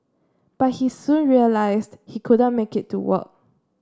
but he soon realised he couldn't make it to work